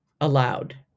allowed